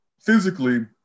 physically